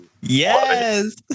yes